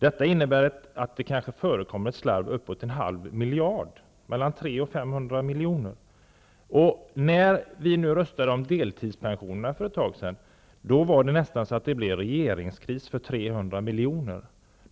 Detta innebär att det kanske förekommer slarv som kostar uppåt en halv miljard, mellan 300 och 500 miljoner. När vi för ett tag sedan här i kammaren röstade om deltidspensionerna, blev det nästan en regeringskris på grund av 300 miljoner.